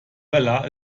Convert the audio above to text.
vella